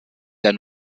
der